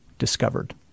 discovered